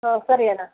ಹಾಂ ಸರಿ ಅಣ್ಣ